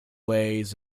ways